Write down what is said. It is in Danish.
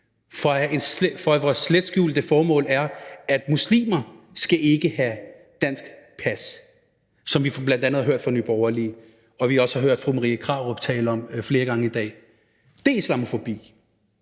fordi vores slet skjulte formål er, at muslimer ikke skal have dansk pas, som vi bl.a. har hørt fra Nye Borgerlige, og som vi også har hørt fru Marie Krarup tale om flere gange i dag. Det er islamofobi,